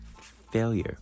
failure